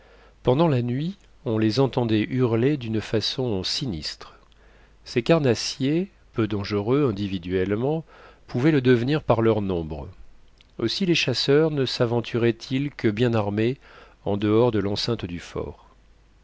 pendant la nuit on les entendait hurler d'une façon sinistre ces carnassiers peu dangereux individuellement pouvaient le devenir par leur nombre aussi les chasseurs ne saventuraient ils que bien armés en dehors de l'enceinte du fort